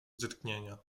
drgnienia